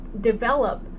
develop